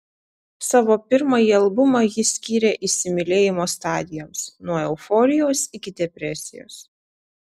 savo pirmąjį albumą ji skyrė įsimylėjimo stadijoms nuo euforijos iki depresijos